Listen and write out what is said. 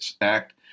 act